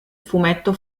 fumetto